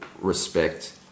respect